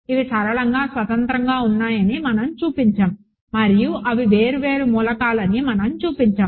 ఇవి సరళంగా స్వతంత్రంగా ఉన్నాయని మనం చూపించాము మరియు అవి వేర్వేరు మూలకాలు అని మనం చూపించాము